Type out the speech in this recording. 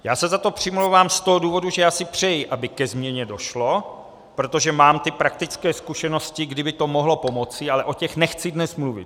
Já se za to přimlouvám z toho důvodu, že si přeji, aby ke změně došlo, protože mám praktické zkušenosti, kdy by to mohlo pomoci, ale o těch nechci dnes mluvit.